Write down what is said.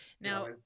Now